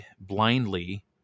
blindly